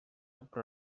però